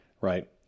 Right